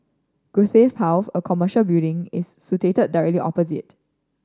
Guthrie House a commercial building is situated directly opposite